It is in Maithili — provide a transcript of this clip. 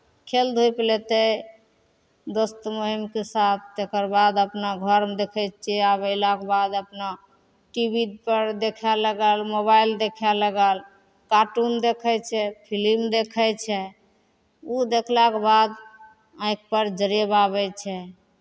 खेल धुपि लेतै दोस्त महीमके साथ तकर बाद अपना घरमे देखै छियै आब अयलाके बाद अपना टी वी पर देखय लागल मोबाइल देखय लागल कार्टून देखै छै फिलिम देखै छै ओ देखलाके बाद आँखिपर जरेब आबै छै